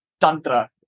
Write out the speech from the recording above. Tantra